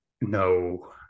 No